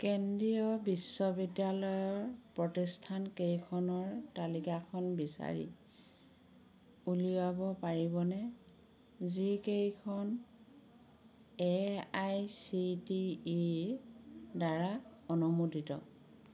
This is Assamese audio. কেন্দ্ৰীয় বিশ্ববিদ্যালয়ৰ প্ৰতিষ্ঠানকেইখনৰ তালিকাখন বিচাৰি উলিয়াব পাৰিবনে যিকেইখন A I C T E ৰ দ্বাৰা অনুমোদিত